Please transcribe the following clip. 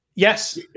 Yes